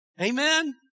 Amen